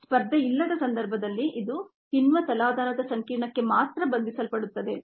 ಸ್ಪರ್ಧೆಯಿಲ್ಲದ ಸಂದರ್ಭದಲ್ಲಿ ಇದು ಕಿಣ್ವ ತಲಾಧಾರ ಸಂಕೀರ್ಣಕ್ಕೆ ಮಾತ್ರ ಬಂಧಿಸಲ್ಪಡುತ್ತದೆ